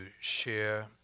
share